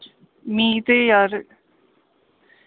मी ते यार